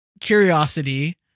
curiosity